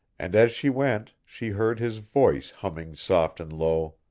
and as she went she heard his voice humming soft and low,